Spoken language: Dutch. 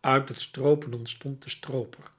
uit het stroopen ontstond de strooper